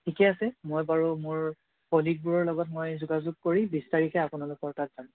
ঠিকে আছে মই বাৰু মোৰ কলিগবোৰৰ লগত মই যোগাযোগ কৰি বিছ তাৰিখে আপোনালোকৰ তাত যাম